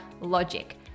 logic